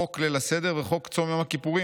חוק ליל הסדר וחוק צום יום הכיפורים.